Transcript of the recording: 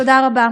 תודה רבה.